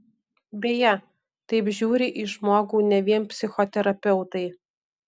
beje taip žiūri į žmogų ne vien psichoterapeutai